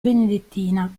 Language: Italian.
benedettina